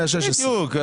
מה-16 לחודש.